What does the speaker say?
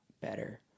better